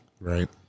Right